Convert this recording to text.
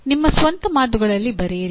ನಿಮ್ಮ ಸ್ವಂತ ಮಾತುಗಳಲ್ಲಿ ಬರೆಯಿರಿ